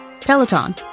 Peloton